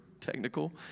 technical